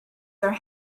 are